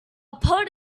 pod